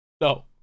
No